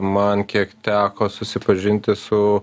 man kiek teko susipažinti su